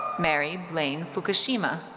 mary blaine fukushima.